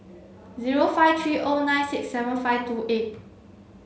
zero five three O nine six seven five two eight